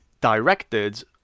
directed